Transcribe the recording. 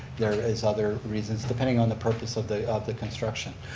there is other reasons, depending on the purpose of the of the construction.